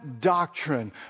doctrine